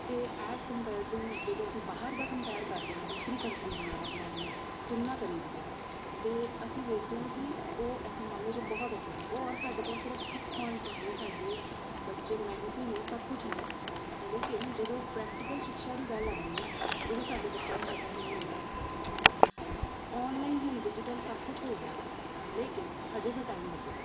ਅਤੇ as compare to ਜਦੋਂ ਅਸੀਂ ਬਾਹਰ ਦਾ ਕੰਪੇਅਰ ਕਰਦੇ ਹਾਂ ਦੂਸਰੀ ਕੰਟਰੀਜ਼ ਨਾਲ ਆਪਣੇ ਆਪ ਨੂੰ ਤੁਲਨਾ ਕਰੀਦੀ ਹੈ ਤਾਂ ਅਸੀਂ ਦੇਖਦੇ ਹਾਂ ਕਿ ਉਹ ਇਸ ਮਾਮਲੇ 'ਚ ਬਹੁਤ ਅੱਗੇ ਨੇ ਉਹ ਸਾਡੇ ਤੋਂ ਸਿਰਫ ਇੱਕ ਪੁਆਇੰਟ ਤੋਂ ਅੱਗੇ ਸਾਡੇ ਬੱਚੇ ਮਿਹਨਤੀ ਨੇ ਸਭ ਕੁਛ ਨੇ ਲੇਕਿਨ ਜਦੋਂ ਪ੍ਰੈਕਟੀਕਲ ਸ਼ਿਕਸ਼ਾ ਦੀ ਗੱਲ ਆਉਂਦੀ ਹੈ ਉਦੋਂ ਸਾਡੇ ਬੱਚਿਆਂ ਨੂੰ ਪਤਾ ਹੀ ਨਹੀਂ ਹੁੰਦਾ ਕਿ ਕਰਨਾ ਹੈ ਔਨਲਾਈਨ ਹੁਣ ਡਿਜੀਟਲ ਸਭ ਕੁਛ ਹੋ ਗਿਆ ਹੈ ਲੇਕਿਨ ਹਜੇ ਵੀ ਟਾਈਮ ਲੱਗੇਗਾ